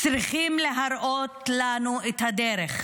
צריכים להראות לנו את הדרך.